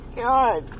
god